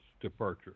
departure